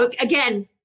Again